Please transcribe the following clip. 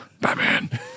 batman